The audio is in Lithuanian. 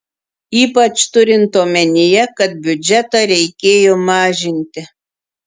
ypač turint omenyje kad biudžetą reikėjo mažinti